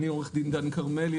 אני עו"ד דן כרמלי,